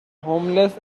homeless